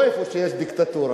לא איפה יש דיקטטורה.